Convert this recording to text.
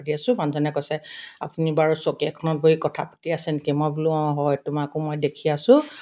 মানুহজনে কৈছে আপুনি বাৰু চকী এখনত বহি কথা পাতি আছে নেকি মই বোলো অঁ হয় তোমাকো মই দেখি আছোঁ